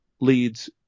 leads